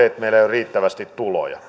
riittävästi tuloja